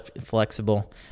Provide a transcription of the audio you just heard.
flexible